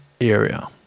area